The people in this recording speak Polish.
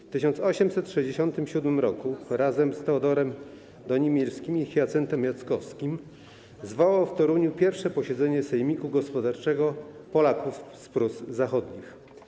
W 1867 roku, razem z Teodorem Donimirskim i Hiacyntem Jackowskim, zwołał w Toruniu pierwsze posiedzenie sejmiku gospodarczego Polaków z Prus Zachodnich.